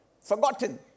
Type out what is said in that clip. forgotten